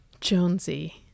Jonesy